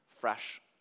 fresh